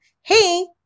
Hey